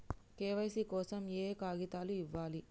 KYC కోసం ఏయే కాగితాలు ఇవ్వాలి?